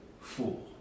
Fool